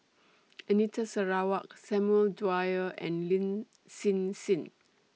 Anita Sarawak Samuel Dyer and Lin Hsin Hsin